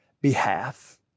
behalf